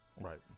right